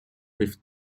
with